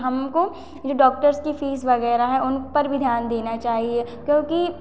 हमको जो डॉक्टर्स की फीस वगैरह हैं उन पर भी ध्यान देना चाहिए क्योंकि